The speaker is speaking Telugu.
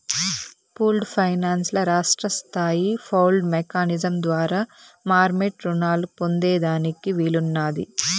పూల్డు ఫైనాన్స్ ల రాష్ట్రస్తాయి పౌల్డ్ మెకానిజం ద్వారా మార్మెట్ రునాలు పొందేదానికి వీలున్నాది